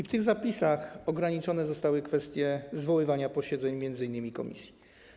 W tych zapisach ograniczone zostały kwestie zwoływania posiedzeń m.in. komisji.